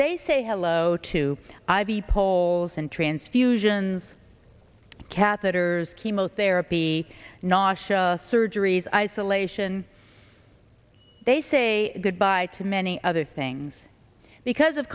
they say hello to i v poles and transfusions catheters chemotherapy natia surgeries isolation they say goodbye to many other things because of